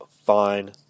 Fine